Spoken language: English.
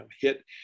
hit